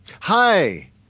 Hi